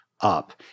up